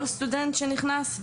כל סטודנט שנכנס,